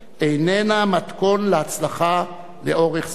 איננה מתכון להצלחה לאורך זמן.